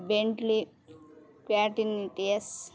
Bentley క్యాటిర్నిటీ yes